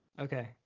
Okay